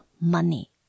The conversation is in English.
money